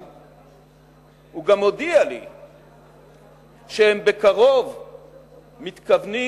הוא גם הודיע לי שבקרוב הם מתכוונים,